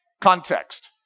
context